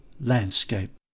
landscape